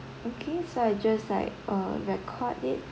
okay so I just like uh record it